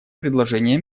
предложение